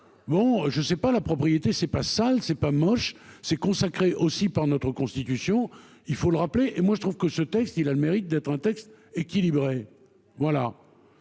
Bon je sais pas la propriété c'est pas sale. C'est pas moche c'est consacrée aussi par notre Constitution. Il faut le rappeler et moi je trouve que ce texte il a le mérite d'être un texte équilibré. Voilà.